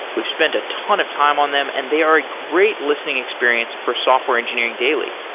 we've spent a ton of time on them and they are a great listening experience for software engineering daily.